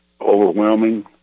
overwhelming